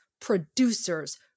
producers